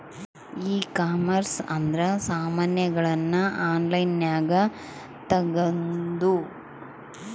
ಈ ಕಾಮರ್ಸ್ ಅಂದ್ರ ಸಾಮಾನಗಳ್ನ ಆನ್ಲೈನ್ ಗ ತಗೊಂದು